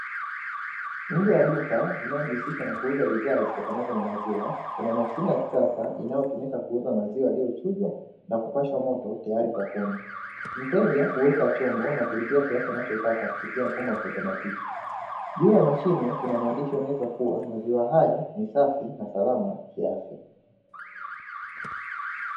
Nje ya duka linalojihusisha na uuzaji wa bidhaa zitokanazo na maziwa kuna mashine ya kisasa, inayotumika kuuza maziwa yaliyochujwa na kupashwa moto tayari kwa kunywa, mteja huweka chombo na kulipia kiasi anachotaka kupitia mfumo wa kiotomatiki juu ya mashine kuna maandishi yanayosema kuwa maziwa haya ni safi na salama kwa afya.